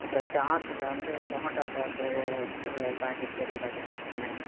அப்புறம் சாஸ்ஸில் வந்து டொமேட்டோ சாஸு ஒரு பாக்கெட் பெரிய பாக்கெட் கொடுத்துருங்க